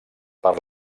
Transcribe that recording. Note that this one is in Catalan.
per